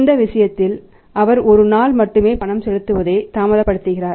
இந்த விஷயத்தில் அவர் ஒரு நாள் மட்டுமே பணம் செலுத்துவதை தாமதப்படுத்துகிறார்